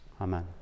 Amen